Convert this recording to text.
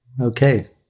Okay